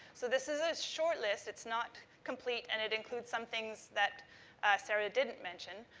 so, this is a short list. it's not complete and it includes some things that sarah didn't mention,